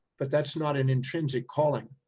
but that's not an intrinsic calling.